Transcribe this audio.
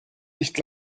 nicht